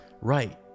Right